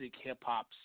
hip-hop